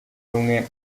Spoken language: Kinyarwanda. rumwe